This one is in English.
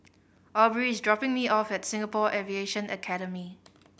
Aubrey is dropping me off at Singapore Aviation Academy